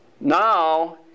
now